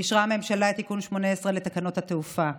אישרה הממשלה את תיקון 18 לתקנות התעופה.